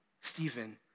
Stephen